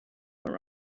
from